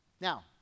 Now